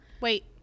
Wait